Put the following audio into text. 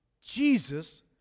Jesus